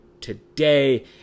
today